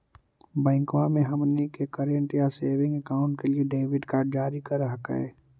बैंकवा मे हमनी के करेंट या सेविंग अकाउंट के लिए डेबिट कार्ड जारी कर हकै है?